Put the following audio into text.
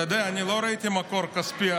אתה יודע, אני לא ראיתי מקור כספי.